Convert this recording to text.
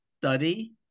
study